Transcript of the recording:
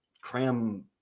cram